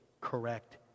correct